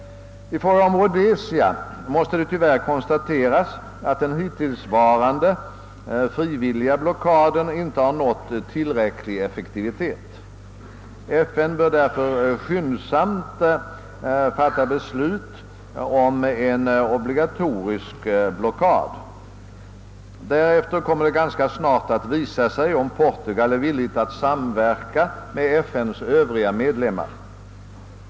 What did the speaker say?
I fråga om Rhodesia måste konstateras att den hittillsvarande frivilliga blockaden tyvärr inte har blivit tillräckligt effektiv. FN bör därför skyndsamt fattat beslut om en obligatorisk blockad. Därefter kommer det ganska snart att visa sig om Portugal är villigt att samverka med FN:s övriga medlemmar.